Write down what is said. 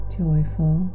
joyful